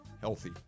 healthy